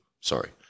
Sorry